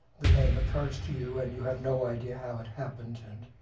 the name occurs to you. and you have no idea how it happened and